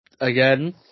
Again